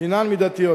הינן מידתיות.